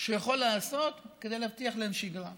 שהוא יכול לעשות כדי להבטיח להם שגרה.